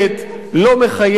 לא מחייבת.